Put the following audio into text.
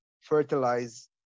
fertilize